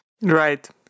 right